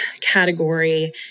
category